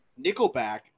Nickelback